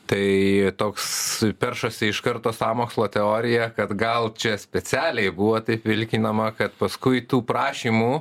tai toks peršasi iš karto sąmokslo teoriją kad gal čia specialiai buvo taip vilkinama kad paskui tų prašymų